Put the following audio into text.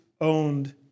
owned